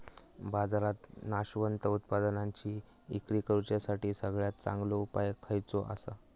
बाजारात नाशवंत उत्पादनांची इक्री करुच्यासाठी सगळ्यात चांगलो उपाय खयचो आसा?